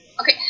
okay